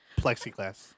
Plexiglass